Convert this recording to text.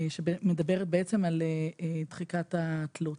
שמדברת בעצם על דחיקת התלות.